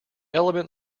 element